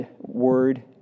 word